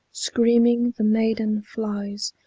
screaming the maiden flies,